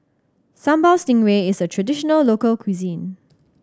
Sambal Stingray is a traditional local cuisine